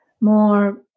more